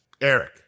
Eric